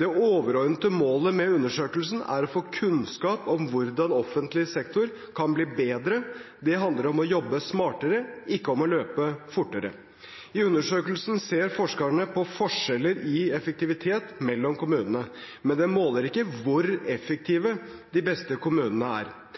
Det overordnete målet med undersøkelsen er å få kunnskap om hvordan offentlig sektor kan bli bedre. Det handler om å jobbe smartere, ikke om å løpe fortere. I undersøkelsen ser forskerne på forskjeller i effektivitet mellom kommunene, men den måler ikke hvor